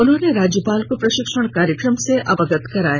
उन्होंने राज्यपाल को प्रशिक्षण कार्यक्रम से अवगत कराया